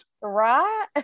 Right